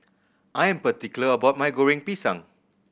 I am particular about my Goreng Pisang